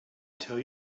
tell